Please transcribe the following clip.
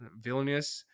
Vilnius